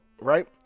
right